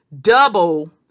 double